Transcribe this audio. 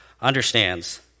understands